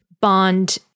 bond